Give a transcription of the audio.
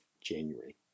January